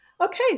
Okay